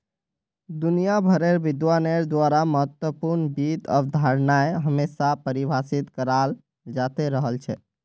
दुनिया भरेर विद्वानेर द्वारा महत्वपूर्ण वित्त अवधारणाएं हमेशा परिभाषित कराल जाते रहल छे